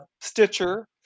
stitcher